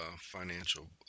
financial